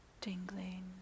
tingling